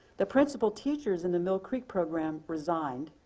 the principal teachers in the mill creek program resigned,